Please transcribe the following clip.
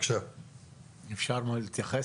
אפשר להתייחס?